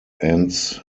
ends